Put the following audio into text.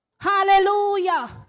Hallelujah